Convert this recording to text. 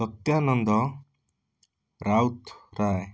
Satyananda Routray